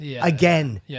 again